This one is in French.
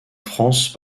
france